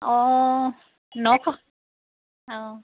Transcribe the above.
অঁ ন খ অঁ